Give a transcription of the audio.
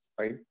right